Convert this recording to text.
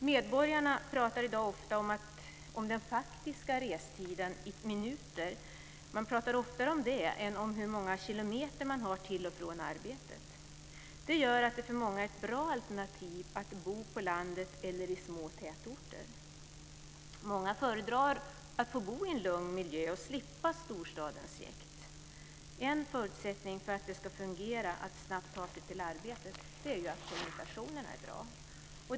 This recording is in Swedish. Medborgarna pratar i dag oftare om den faktiska restiden i minuter än om hur många kilometer som man har till och från arbetet. Det gör att det för många är ett bra alternativ att bo på landet eller i små tätorter. Många föredrar att bo i en lugn miljö och slippa storstadens jäkt. En förutsättning för att det ska fungera att snabbt ta sig till arbetet är att kommunikationerna är goda.